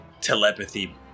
telepathy